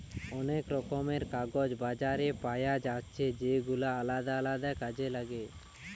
অনেক রকমের কাগজ বাজারে পায়া যাচ্ছে যেগুলা আলদা আলদা কাজে লাগে